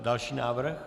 Další návrh.